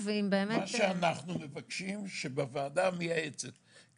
אנחנו פותחים רשמית את דיון ועדת הבריאות של הבוקר,